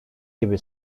gibi